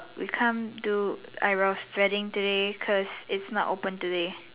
we can't do eyebrows threading today cause it's not open today